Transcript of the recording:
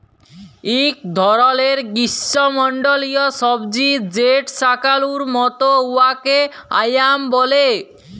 ইক ধরলের গিস্যমল্ডলীয় সবজি যেট শাকালুর মত উয়াকে য়াম ব্যলে